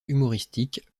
humoristique